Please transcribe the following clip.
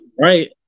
Right